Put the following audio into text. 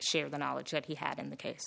share the knowledge that he had in the case